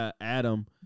Adam